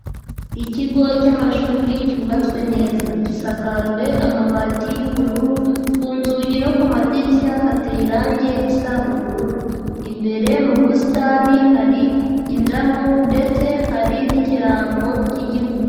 Ikigo cy'amashuri cyubatswe neza gisakajwe amabati y'ubururu, ku nzugi no ku madirishya hateye irangi risa ubururu, imbere mu busitani hari indabo ndetse hari n'ikirango cy'Igihugu.